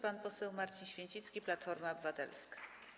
Pan poseł Marcin Święcicki, Platforma Obywatelska.